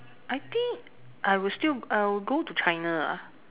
I think I will still I would go to China ah